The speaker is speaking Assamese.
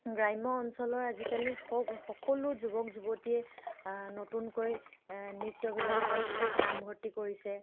গ্ৰাম্য অঞ্চলৰ আজিকালি স সকলো যুৱক যুৱতীয়ে নতুনকৈ নৃত্যবিলাকত নামভৰ্তি কৰিছে